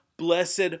Blessed